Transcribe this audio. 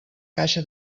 caixa